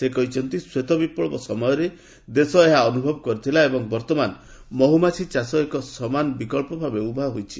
ସେ କହିଛନ୍ତି ଶ୍ୱେତ ବିପ୍ଲବ ସମୟରେ ଦେଶ ଏହା ଅନୁଭବ କରିଥିଲା ଏବଂ ବର୍ତ୍ତମାନ ମହୁମାଛି ଚାଷ ଏକ ସମାନ ବିକ୍ସ ଭାବେ ଉଭା ହୋଇଛି